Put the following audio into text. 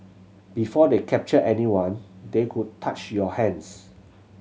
before they captured anyone they would touch your hands